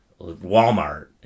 Walmart